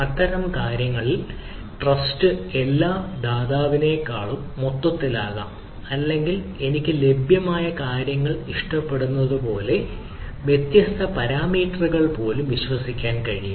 അത്തരം കാര്യങ്ങളിൽ ട്രസ്റ്റ് എല്ലാ ദാതാവിനേക്കാളും മൊത്തത്തിൽ ആകാം അല്ലെങ്കിൽ എനിക്ക് ലഭ്യമായ കാര്യങ്ങൾ ഇഷ്ടപ്പെടുന്നതുപോലുള്ള വ്യത്യസ്ത പാരാമീറ്ററുകളിൽ പോലും വിശ്വസിക്കാൻ കഴിയും